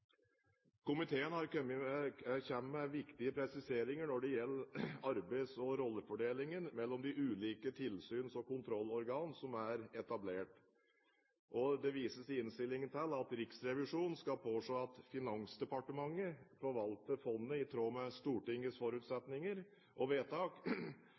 Komiteen kommer med viktige presiseringer når det gjelder arbeids- og rollefordelingen mellom de ulike tilsyns- og kontrollorgan som er etablert. Det vises i innstillingen til at Riksrevisjonen skal påse at Finansdepartementet forvalter fondet i tråd med Stortingets forutsetninger og vedtak,